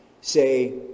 Say